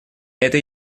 это